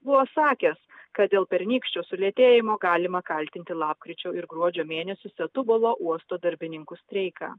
buvo sakęs kad dėl pernykščio sulėtėjimo galima kaltinti lapkričio ir gruodžio mėnesius setubulo uosto darbininkų streiką